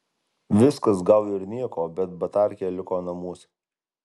viskas gal ir nieko bet batarkė liko namuose